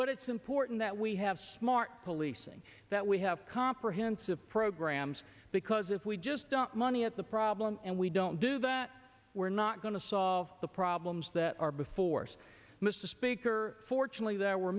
but it's important that we have smart policing that we have comprehensive programs because if we just don't money at the problem and we don't do that we're not going to solve the problems that are before us mr speaker fortunately there were